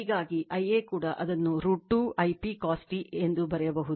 ಹೀಗಾಗಿ Ia ಕೂಡ ಅದನ್ನು √ 2 I p cos t ಎಂದು ಬರೆಯಬಹುದು